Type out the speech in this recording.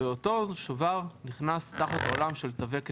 ואותו שובר נכנס תחת העולם של תווי קנייה.